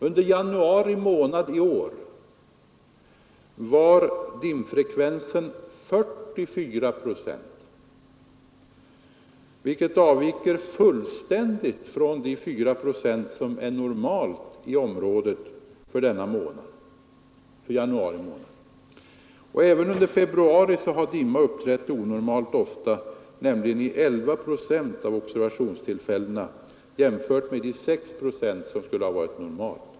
Under januari månad i år var dimfrekvensen däremot 44 procent, vilket fullständigt avviker från de 4 procent som är det normala i området för januari månad. Även under februari har dimma uppträtt onormalt ofta, nämligen i 11 procent av observationstillfällena, jämfört med 6 procent, vilket skulle ha varit normalt.